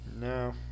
No